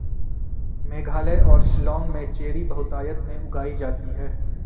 मेघालय और शिलांग में चेरी बहुतायत में उगाई जाती है